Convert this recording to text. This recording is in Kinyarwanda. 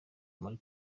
muri